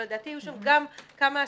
אבל לדעתי יש שם כמה עשרות,